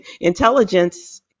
intelligence